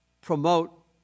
promote